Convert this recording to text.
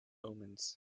omens